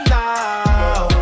now